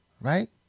Right